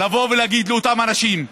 לבוא ולהגיד לאותם אנשים שתרמו: